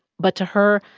but to her,